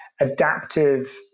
adaptive